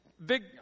big